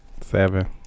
Seven